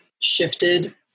shifted